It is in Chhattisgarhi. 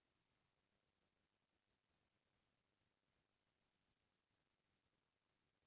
छेरी बोकरा मन नान नान रूख राई के पाना ल बनेच खाथें